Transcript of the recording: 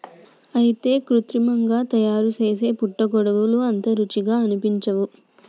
అయితే కృత్రిమంగా తయారుసేసే పుట్టగొడుగులు అంత రుచిగా అనిపించవు